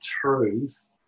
truth